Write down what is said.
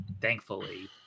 Thankfully